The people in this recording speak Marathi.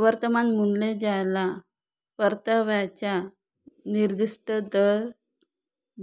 वर्तमान मूल्य ज्याला परताव्याचा निर्दिष्ट दर